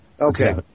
Okay